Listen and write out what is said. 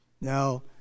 Now